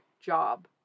job